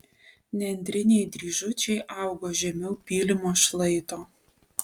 nendriniai dryžučiai augo žemiau pylimo šlaito